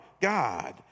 God